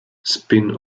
spin